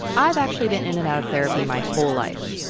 i've actually been in and out of therapy my whole life.